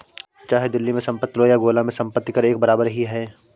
चाहे दिल्ली में संपत्ति लो या गोला में संपत्ति कर एक बराबर ही है